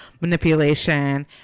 manipulation